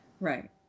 right